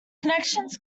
connections